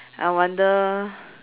I wonder